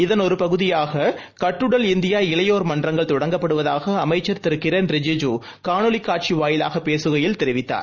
இதன் ஒருபகுதியாககட்டுடல் இந்தியா இளையோர் மன்றங்கள் தொடங்கப்படுவதாகஅமைச்சர் திரு கிரண் ரிஜிஜூ காணொலிக் காட்சிவாயிலாகபேசுகையில் இதனைத் தெரிவித்தார்